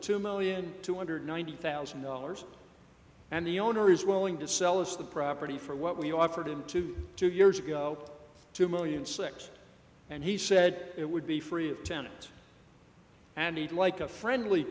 two million two hundred ninety thousand dollars and the owner is willing to sell us the property for what we offered him to two years ago two million six and he said it would be free of tenant and he'd like a friendly